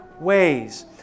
ways